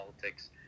Politics